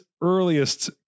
earliest